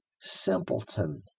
simpleton